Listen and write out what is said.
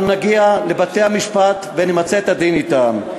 אנחנו נגיע לבתי-המשפט ונמצה את הדין אתם.